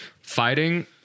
Fighting